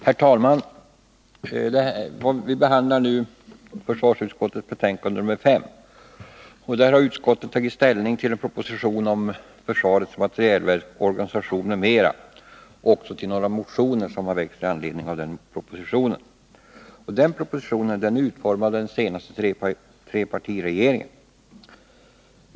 Herr talman! Vi behandlar nu försvarsutskottets betänkande nr 5, och där har utskottet tagit ställning till en proposition om försvarets materielverks organisation m.m. och till några motioner som har väckts med anledning av 57 propositionen. Propositionen är utformad av den senaste trepartiregeringen.